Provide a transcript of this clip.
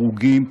הרוגים,